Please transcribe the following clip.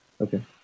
Okay